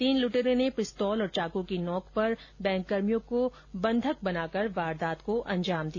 तीन लुटेरों ने पिस्तौल और चाकू की नोक पर बैंक कर्मियों को बंधक बनाकर वारदात को अंजाम दिया